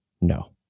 no